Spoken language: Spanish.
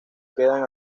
quedan